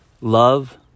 Love